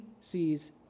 sees